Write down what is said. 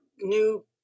new